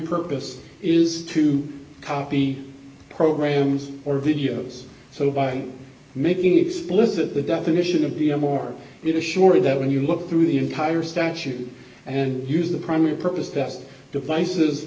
purpose is to copy programs or videos so by making explicit the definition of the a more it assured that when you look through the entire statute and use the primary purpose test devices